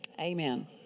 Amen